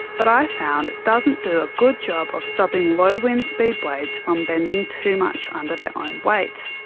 but i found it doesn't do a good job of stopping low wind speed blades from bending too much under their own weight.